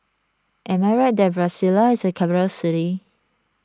am I right that Brasilia is a capital city